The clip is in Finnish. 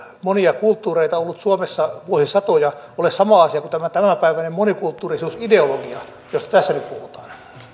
monia kulttuureita on ollut suomessa vuosisatoja ole sama asia kuin tämä tämänpäiväinen monikulttuurisuusideologia josta tässä nyt puhutaan